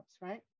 right